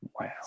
Wow